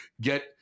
get